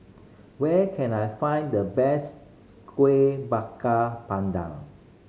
where can I find the best Kuih Bakar Pandan